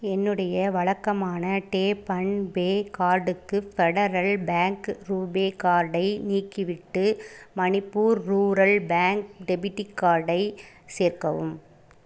என்னுடைய வழக்கமான tap and pay கார்டுக்கு ஃபெடரல் பேங்க் ரூபே கார்டை நீக்கிவிட்டு மணிப்பூர் ரூரல் பேங்க் டெபிட்டி கார்டை சேர்க்கவும்